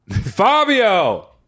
Fabio